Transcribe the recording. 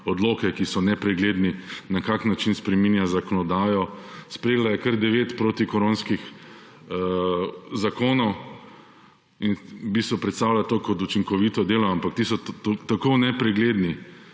odloke, ki so nepregledni, na kak način spreminja zakonodajo. Sprejela je kar 9 proti koronskih zakonov in v bistvu predstavlja to kot učinkovito delo, ampak ti so tako nepregledni,